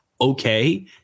okay